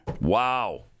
Wow